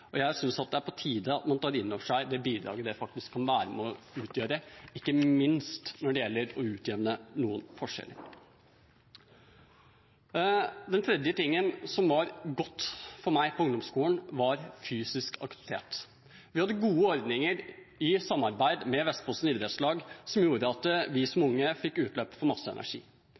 og jeg synes det er på tide at man tar inn over seg hva dette faktisk kan utgjøre, ikke minst når det gjelder å utjevne noen forskjeller. Det tredje bidraget som var godt for meg på ungdomsskolen, var fysisk aktivitet. Vi hadde gode ordninger, i samarbeid med Vestfossen Idrettsforening, som gjorde at vi som